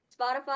Spotify